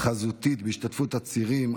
חזותית בהשתתפות עצורים,